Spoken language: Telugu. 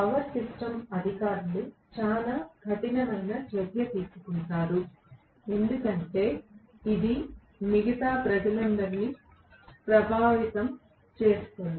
పవర్ సిస్టమ్ అధికారులు చాలా కఠినమైన చర్య తీసుకుంటారు ఎందుకంటే ఇది మిగతా ప్రజలందరినీ ప్రభావితం చేస్తుంది